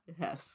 Yes